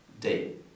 Date